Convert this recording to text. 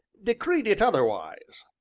decreed it otherwise.